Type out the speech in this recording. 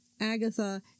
Agatha